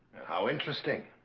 how interesting